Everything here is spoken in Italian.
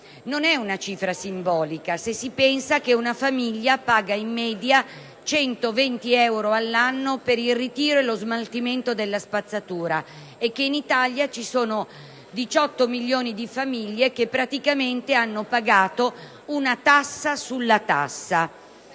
Non è una cifra simbolica, se si pensa che una famiglia paga in media 120 euro l'anno per il ritiro e lo smaltimento della spazzatura e che in Italia ci sono 18 milioni di famiglie che praticamente hanno pagato una tassa sulla tassa.